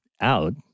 out